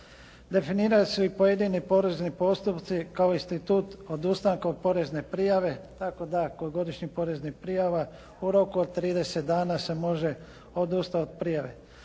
Definiraju se i pojedini porezni postupci kao institut odustanka od porezne prijave tako da kod godišnjih poreznih prijava u roku od 30 dana se može odustati od prijave.